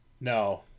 No